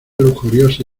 lujuriosa